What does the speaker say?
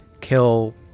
kill